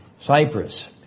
Cyprus